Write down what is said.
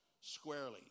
squarely